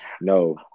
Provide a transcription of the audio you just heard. No